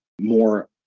more